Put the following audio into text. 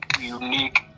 unique